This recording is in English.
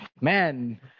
man